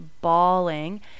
bawling